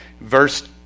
Verse